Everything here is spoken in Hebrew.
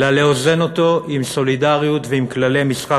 אלא לאזן אותו עם סולידריות ועם כללי משחק